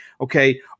Okay